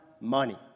money